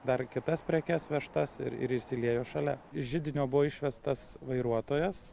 dar kitas prekes vežtas ir ir išsiliejo šalia židinio buvo išvestas vairuotojas